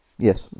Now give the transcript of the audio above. Yes